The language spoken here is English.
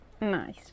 Nice